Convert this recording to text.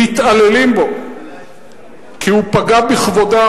מתעללים בו כי הוא פגע בכבודם,